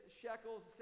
shekels